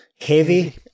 heavy